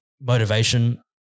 motivation